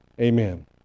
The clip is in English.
Amen